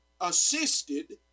assisted